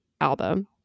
album